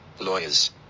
lawyers